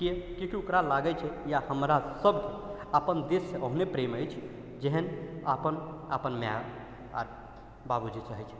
किएक कियाकि ओकरा लागै छै या हमरा सबके अपन देशसँ ओहने प्रेम अछि जेहन अपन माइ आओर बाबूजी चाहै छथि